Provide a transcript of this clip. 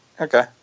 Okay